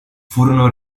furono